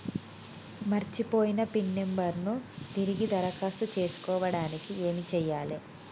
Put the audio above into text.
మర్చిపోయిన pin number ను తిరిగి దరఖాస్తు చేసుకోవడానికి ఏమి చేయాలే?